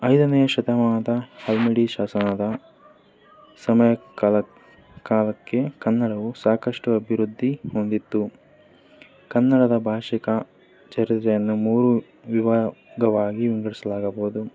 ಐದನೆಯ ಶತಮಾನದ ಹಲ್ಮಿಡಿ ಶಾಸನದ ಸಮಯ ಕಾಲಕ್ಕೆ ಕನ್ನಡವೂ ಸಾಕಷ್ಟು ಅಭಿವೃದ್ಧಿ ಹೊಂದಿತ್ತು ಕನ್ನಡದ ಭಾಷೆ ಕ ಚರಿತ್ರೆಯನ್ನು ಮೂರು ವಿಭಾಗವಾಗಿ ವಿಂಗಡಿಸ್ಲಾಗಬೌದು